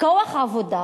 כוח עבודה,